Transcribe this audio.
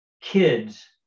kids